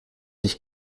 dich